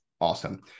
Awesome